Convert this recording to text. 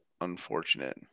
unfortunate